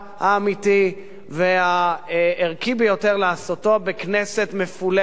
האמיתי והערכי ביותר לעשותו בכנסת מפולגת,